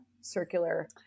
circular